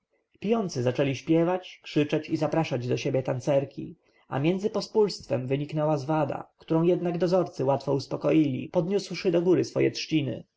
pijący zaczęli śpiewać krzyczeć i zapraszać do siebie tancerki a między pospólstwem wyniknęła zwada którą jednak dozorcy łatwo uspokoili podniósłszy do góry swoje trzciny